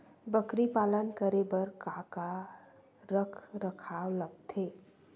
बकरी पालन करे बर काका रख रखाव लगथे?